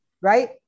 right